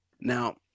Now